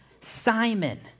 Simon